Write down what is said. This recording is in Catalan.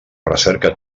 recerca